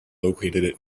located